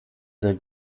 der